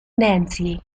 nancy